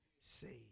saved